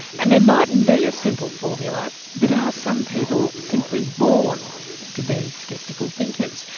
and there mightn't be a simple formula but are some people simply born to be skeptical thinkers?